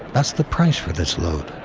that's the price for this load.